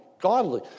Godly